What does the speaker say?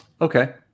Okay